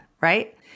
Right